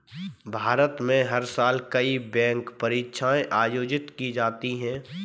भारत में हर साल कई बैंक परीक्षाएं आयोजित की जाती हैं